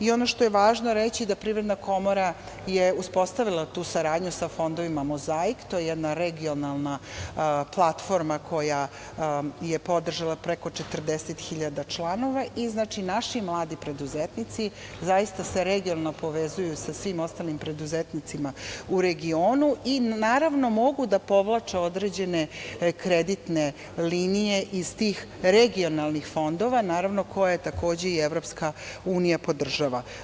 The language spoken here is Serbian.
Ono što je važno reći da Privredna komora je uspostavila tu saradnju sa fondovima Mozaik, to je jedna regionalna platforma koja je podržala preko 40 hiljada članova i naši mladi preduzetnici zaista se regionalno povezuju sa svim ostalim preduzetnicima u regionu i naravno, mogu da povlače određene kreditne linije iz tih regionalnih fondova, koje takođe i EU, podržava.